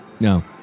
No